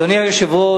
אדוני היושב-ראש,